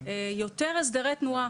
יותר הסדרי תנועה.